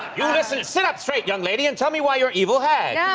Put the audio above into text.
you listen and sit up straight, young lady, and tell me why you're evilhag. yeah